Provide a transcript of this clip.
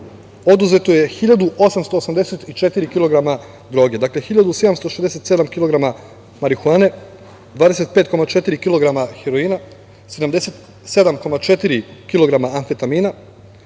oduzeto je 1.884 kg droge, dakle, 1.767 kg marihuane, 25,4 kg heroina, 77,4 kg amfetamina,